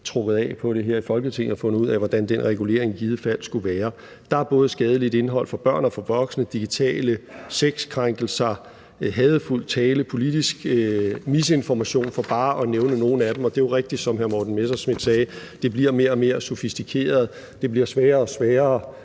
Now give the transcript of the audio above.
trukket af på det her i Folketinget og fundet ud af, hvordan den regulering i givet fald skulle være. Der er både skadeligt indhold for børn og for voksne, digitale sexkrænkelser, hadefuld tale, politisk misinformation for bare at nævne nogle af dem, og det er jo rigtigt, som hr. Morten Messerschmidt sagde: Det bliver mere og mere sofistikeret. Det bliver sværere og sværere